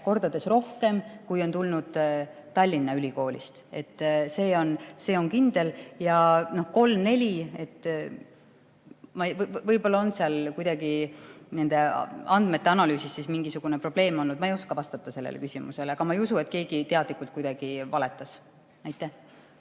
kordades rohkem, kui on tulnud Tallinna Ülikoolist. See on kindel. See kolm-neli – võib-olla on seal kuidagi nende andmete analüüsis siis mingisugune probleem olnud, ma ei oska vastata sellele küsimusele. Aga ma ei usu, et keegi teadlikult valetas.